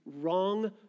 wrong